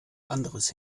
anderes